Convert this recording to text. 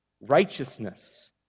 righteousness